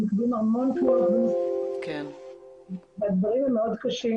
אנחנו מקבלים המון תלונות בנושא והדברים הם מאוד קשים,